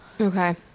Okay